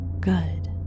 good